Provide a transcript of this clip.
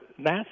NASA